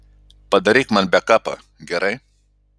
padaryk man bekapą gerai